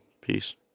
Peace